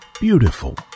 beautiful